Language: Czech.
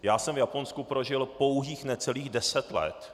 Já jsem v Japonsku prožil pouhých necelých deset let.